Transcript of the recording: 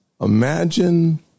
imagine